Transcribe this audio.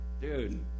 Dude